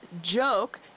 joke